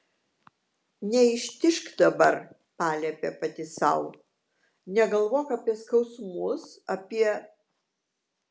neištižk dabar paliepė pati sau negalvok apie skausmus apie